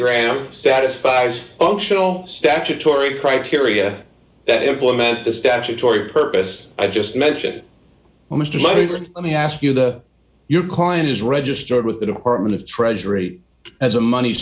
grant satisfies functional statutory criteria that implement the statutory purpose i just mentioned mr slater let me ask you the your client is registered with the department of treasury as a money